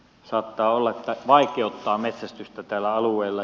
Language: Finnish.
saattaa olla että se vaikeuttaa metsästystä tällä alueella